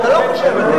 אתה לא חושב את זה.